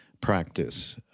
practice